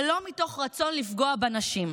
ולא מתוך רצון לפגוע בנשים.